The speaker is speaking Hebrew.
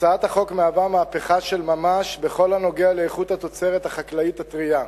הצעת החוק היא מהפכה של ממש בכל הקשור לאיכות התוצרת החקלאית הטרייה.